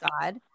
God